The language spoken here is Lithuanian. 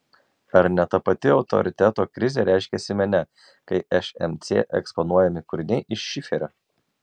ar ne ta pati autoriteto krizė reiškiasi mene kai šmc eksponuojami kūriniai iš šiferio